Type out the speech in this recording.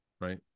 right